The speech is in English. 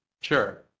sure